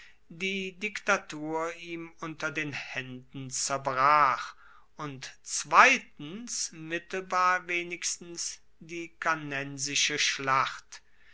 die diktatur ihm unter den haenden zerbrach und zweitens mittelbar wenigstens die cannensische schlacht